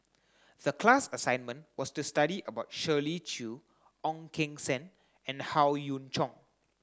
the class assignment was to study about Shirley Chew Ong Keng Sen and Howe Yoon Chong